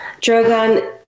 Drogon